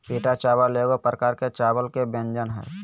पीटा चावल एगो प्रकार के चावल के व्यंजन हइ